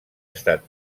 estat